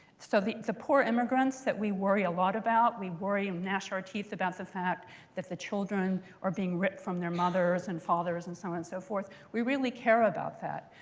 so the the poor immigrants that we worry a lot about we worry and gnash our teeth about the fact that the children are being ripped from their mothers and fathers and so on and so forth we really care about that.